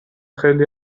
خیلی